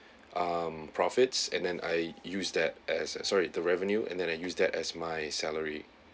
um profits and then I use that as a sorry the revenue and then I use that as my salary